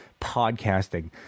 podcasting